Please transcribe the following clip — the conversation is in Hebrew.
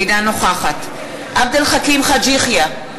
אינה נוכחת עבד אל חכים חאג' יחיא,